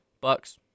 Bucks